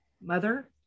mother